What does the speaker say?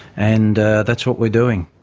and that's what we're doing.